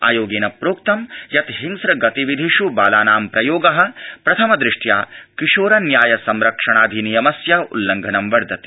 आयोगेन प्रोक्तं यत् हिंस्रगतिविधिष् बालानां प्रयोग प्रथमदृष्ट्या किशोर न्याय संरक्षणाधिनियमस्य उल्लङ्घनं वर्तते